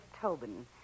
Tobin